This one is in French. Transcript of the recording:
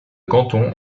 canton